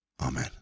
Amen